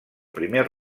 primer